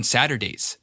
Saturdays